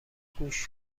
گوش